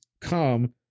come